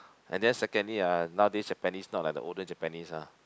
and then secondly ah nowadays Japanese not like the older Japanese ah